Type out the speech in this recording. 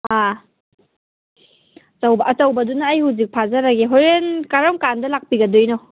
ꯑꯥ ꯑꯆꯧꯕꯗꯨꯅ ꯑꯩ ꯍꯧꯖꯤꯛ ꯐꯥꯖꯔꯒꯦ ꯍꯣꯔꯦꯟ ꯀꯔꯝꯀꯥꯟꯗ ꯂꯥꯛꯄꯤꯒꯗꯣꯏꯅꯣ